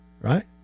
right